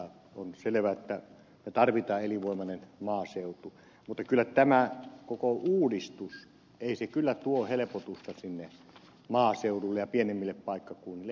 on selvä että me tarvitsemme elinvoimaisen maaseudun mutta ei tämä koko uudistus kyllä tuo helpotusta sinne maaseudulle ja pienemmille paikkakunnille